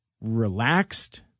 relaxed